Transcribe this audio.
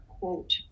quote